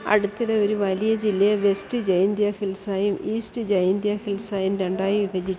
അടുത്തിടെ ഒരു വലിയ ജില്ലയെ വെസ്റ്റ് ജൈന്തിയ ഹിൽസ് ആയും ഈസ്റ്റ് ജൈന്തിയ ഹിൽസ് ആയും രണ്ടായി വിഭജിച്ചു